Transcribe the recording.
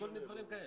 לכל מיני דברים כאלה.